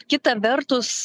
kita vertus